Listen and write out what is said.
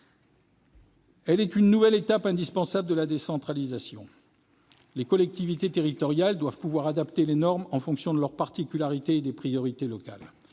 différenciation, nouvelle étape indispensable de la décentralisation. Les collectivités territoriales doivent pouvoir adapter les normes en fonction de leurs particularités et des priorités locales.